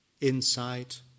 insight